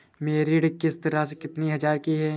मेरी ऋण किश्त राशि कितनी हजार की है?